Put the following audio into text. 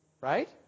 right